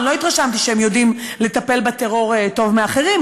אני לא התרשמתי שהם יודעים לטפל בטרור טוב מאחרים,